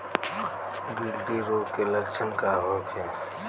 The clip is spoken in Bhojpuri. गिल्टी रोग के लक्षण का होखे?